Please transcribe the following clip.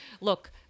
look